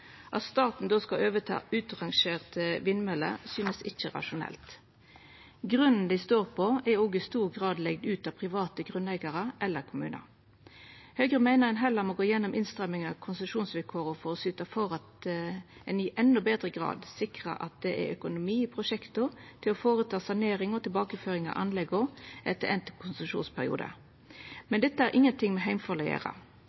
At staten då skal overta utrangerte vindmøller, synest ikkje rasjonelt. Grunnen dei står på, er òg i stor grad leigd ut av private grunneigarar eller kommunar. Høgre meiner ein heller må gå gjennom innstrammingar i konsesjonsvilkåra for å syta for at ein i endå betre grad sikrar at det er økonomi i prosjekta til å gjennomføra sanering og tilbakeføring av anlegga etter enda konsesjonsperiode. Men dette har ingenting med heimfall å gjera.